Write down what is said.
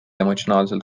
emotsionaalselt